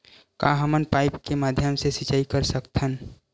का हमन पाइप के माध्यम से सिंचाई कर सकथन?